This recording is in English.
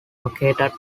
located